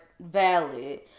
valid